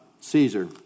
Caesar